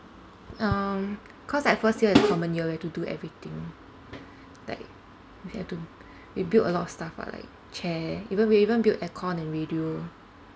um cause like first year is common year you have to do everything like we have to b~ we built a lot of stuff ah like chair even we even built aircon and radio